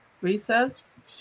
Recess